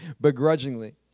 Begrudgingly